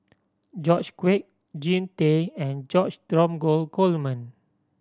George Quek Jean Tay and George Dromgold Coleman